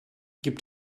gibt